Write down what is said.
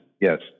yes